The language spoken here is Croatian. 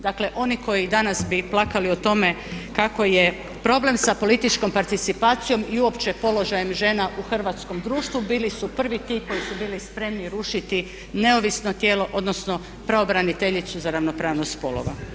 Dakle oni koji bi danas plakali o tome kako je problem sa političkom participacijom i uopće položajem žena u hrvatskom društvu bili su prvi ti koji su bili spremni rušiti neovisno tijelo odnosno pravobraniteljicu za ravnopravnost spolova.